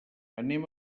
anem